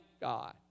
God